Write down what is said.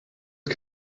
ist